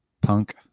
punk